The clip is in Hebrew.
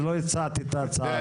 אז לא הצעתי את ההצעה הזאת.